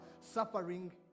suffering